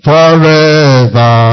Forever